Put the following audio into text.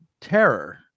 terror